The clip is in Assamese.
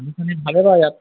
পানী চানী ভালে বাৰু ইয়াত